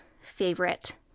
favorite